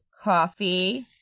coffee